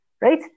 Right